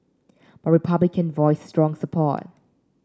but Republican voiced strong support